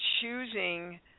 choosing